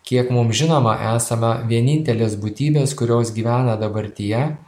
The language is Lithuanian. kiek mums žinoma esame vienintelės būtybės kurios gyvena dabartyje